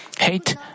hate